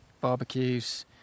barbecues